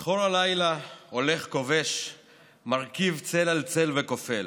"שחור הלילה הולך כובש / מרכיב צל על צל וכופל,